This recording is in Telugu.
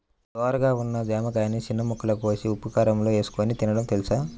ధోరగా ఉన్న జామకాయని చిన్న ముక్కలుగా కోసి ఉప్పుకారంలో ఏసుకొని తినడం తెలుసా?